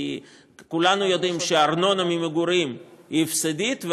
כולנו יודעים שארנונה ממגורים היא הפסדית,